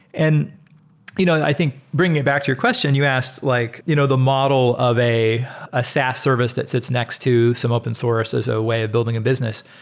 and you know i think bringing back to your question, you asked like you know the model of a a saas service that sits next to some open source is a way of building a business.